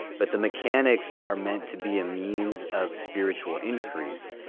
but the mechanics are meant to be a means of spiritual increase,